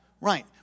Right